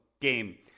game